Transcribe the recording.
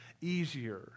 easier